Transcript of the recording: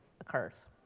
occurs